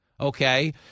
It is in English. okay